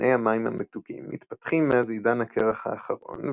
מיני המים המתוקים מתפתחים מאז עידן הקרח האחרון,